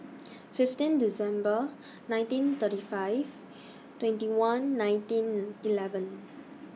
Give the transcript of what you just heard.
fifteen December nineteen thirty five twenty one nineteen eleven